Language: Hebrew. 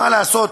מה לעשות,